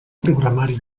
programari